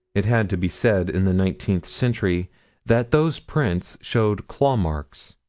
it had to be said in the nineteenth century that those prints showed claw-marks.